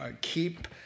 keep